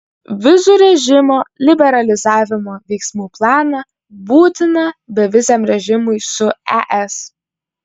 vizų režimo liberalizavimo veiksmų planą būtiną beviziam režimui su es